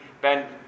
Ben